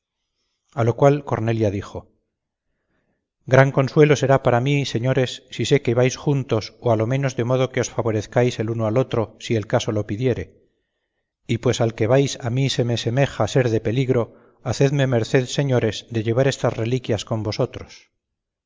a lo cual cornelia dijo gran consuelo será para mí señores si sé que vais juntos o a lo menos de modo que os favorezcáis el uno al otro si el caso lo pidiere y pues al que vais a mí se me semeja ser de peligro hacedme merced señores de llevar estas reliquias con vosotros